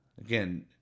again